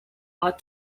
are